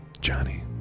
Johnny